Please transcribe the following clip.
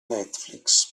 netflix